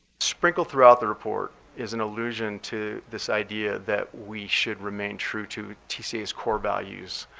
sprinkled throughout the report is an allusion to this idea that we should remain true to tcas core values.